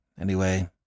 Anyway